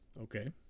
Okay